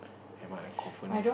am I a